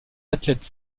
athlètes